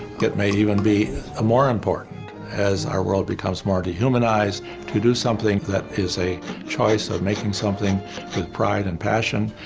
it may even be ah more important as our world becomes more dehumanized to do something that is a choice of making something with pride and passion,